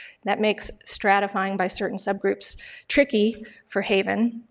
that makes stratifying by certain subgroups tricky for haven.